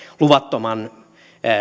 luvattoman